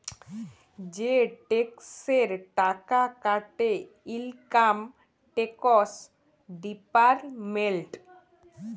যে টেকসের টাকা কাটে ইলকাম টেকস ডিপার্টমেল্ট